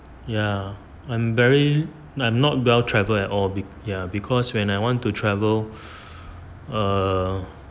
ya I'm very I'm not well travel at all ya because when I want to travel err